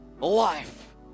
Life